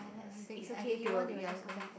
ah I think I think you will you are coming